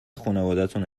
خونوادتون